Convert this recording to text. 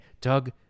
Doug